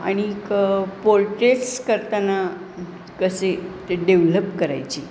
आणि पोर्ट्रेटस करताना कसे ते डेव्हलप करायची